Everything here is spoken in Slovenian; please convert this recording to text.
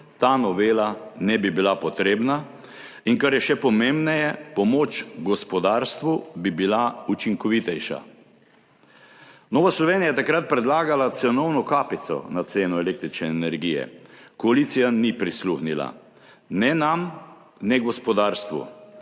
ta novela ne bi bila potrebna, in kar je še pomembneje, pomoč gospodarstvu bi bila učinkovitejša. Nova Slovenija je takrat predlagala cenovno kapico na ceno električne energije. Koalicija ni prisluhnila, ne nam ne gospodarstvu,